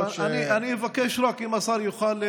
אני מבקש רק אם השר יוכל,